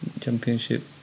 Championship